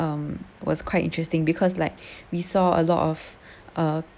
um was quite interesting because like we saw a lot of uh